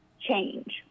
change